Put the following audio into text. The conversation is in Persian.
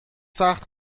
سخت